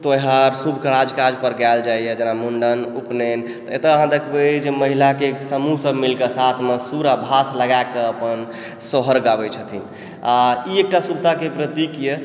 त्योहार शुभ काजपर गायल जाइए जेना मुण्डन उपनयन एतऽ आहाँ देखबै जे महिलाके समूह सब मिलिकऽ साथमे सुर आओर भास लगाकऽ अपन सोहर गाबै छथिन आओर ई एकटा शुभताके प्रतीक यऽ